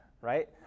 Right